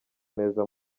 neza